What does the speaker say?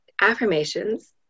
affirmations